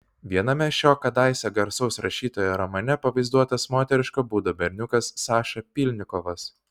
viename šio kadaise garsaus rašytojo romane pavaizduotas moteriško būdo berniukas saša pylnikovas